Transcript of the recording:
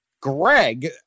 Greg